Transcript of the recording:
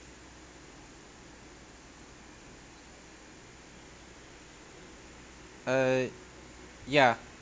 uh yeah